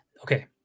Okay